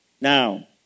Now